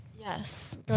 Yes